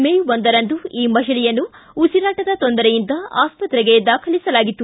ಮೇ ಒಂದರಂದು ಈ ಮಹಿಳೆಯನ್ನು ಉಸಿರಾಟದ ತೊಂದರೆಯಿಂದ ಆಸ್ಪತ್ರೆಗೆ ದಾಖಲಿಸಲಾಗಿತ್ತು